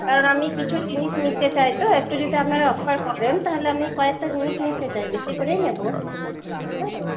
কারণ আমি কিছু জিনিস নিতে চাই তো একটু যদি আপনারা অফার করেন তাহলে আমি কয়েকটা জিনিস নিতে চাই বেশি করেই নেবো হ্যাঁ